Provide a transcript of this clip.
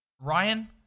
Ryan